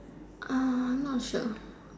not sure